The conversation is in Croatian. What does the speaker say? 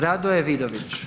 Radoje Vidović.